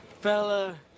Fella